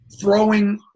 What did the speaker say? throwing